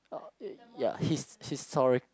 ya his history